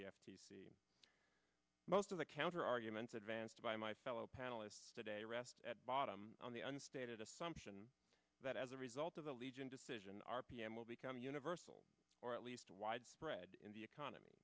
the f t c most of the counter arguments advanced by my fellow panelists today rests at bottom on the unstated assumption that as a result of the legion decision r p m will become universal or at least widespread in the economy